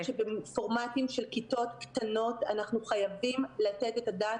בפורמטים של כיתות קטנות אנחנו חייבים לתת את הדעת